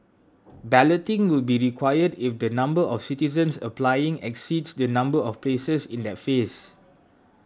balloting will be required if the number of citizens applying exceeds the number of places in that phase